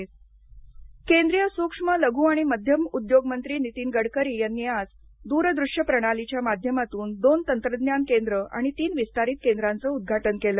गडकरी केंद्रीय सूक्ष्म लघू आणि मध्यम उद्योग मंत्री नितीन गडकरी यांनी आज दूरदृष्य प्रणालीच्या माध्यमातून दोन तंत्रज्ञान केंद्र आणि तीन विस्तारित केंद्रांचं उद्घाटन केलं